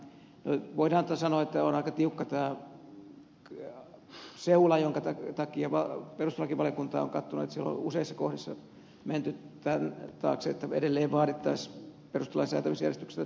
voidaanhan sanoa että on aika tiukka tämä seula jonka takia perustuslakivaliokunta on katsonut että siellä on useissa kohdissa menty tämän taakse että edelleen vaadittaisiin perustuslain säätämisjärjestystä